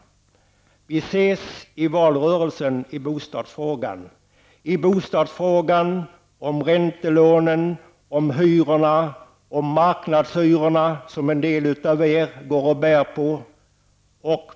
Vi ses i valrörelsen i bostadsfrågan: om räntelånen, om hyrorna, om marknadshyrorna som en del av er går och bär på.